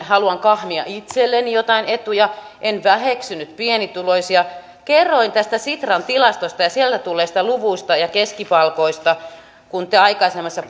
haluan kahmia itselleni jotain etuja en väheksynyt pienituloisia kerroin tästä sitran tilastosta ja sieltä tulleista luvuista ja keskipalkoista kun te aikaisemmassa